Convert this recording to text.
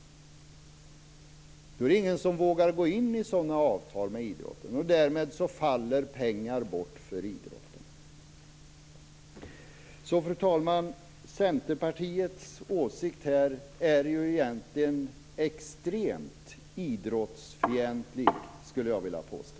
Då är det inte någon som vågar ingå sådana avtal med idrotten, och därmed faller pengar bort för idrotten. Fru talman! Centerpartiets åsikt är egentligen extremt idrottsfientlig, skulle jag vilja påstå.